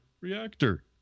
reactor